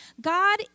God